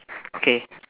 okay